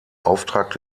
auftrag